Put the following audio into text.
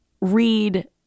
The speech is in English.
read